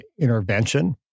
intervention